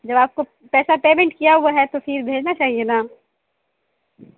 جب آپ کو پیسہ پیمنٹ کیا ہوا ہے تو پھر بھیجنا چاہیے نہ